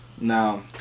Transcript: Now